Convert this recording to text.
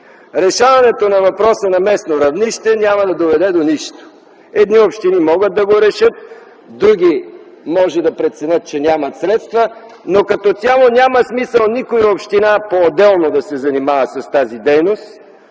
Решаването на въпроса на местно равнище няма да доведе до нищо. Едни общини могат да го решат, други може да преценят, че нямат средства, но като цяло няма смисъл никоя община поотделно да се занимава с тази дейност,